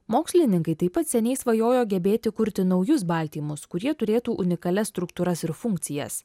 mokslininkai taip pat seniai svajojo gebėti kurti naujus baltymus kurie turėtų unikalias struktūras ir funkcijas